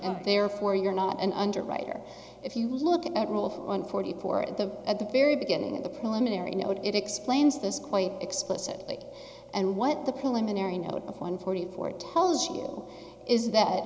and therefore you're not an underwriter if you look at that rule of one forty four at the at the very beginning of the preliminary note it explains this quite explicitly and what the preliminary note of one forty four tells you is that